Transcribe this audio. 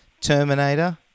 Terminator